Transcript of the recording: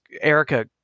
Erica